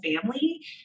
family